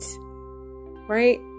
right